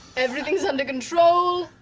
everything's under control.